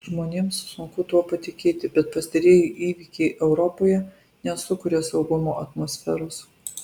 žmonėms sunku tuo patikėti bet pastarieji įvykiai europoje nesukuria saugumo atmosferos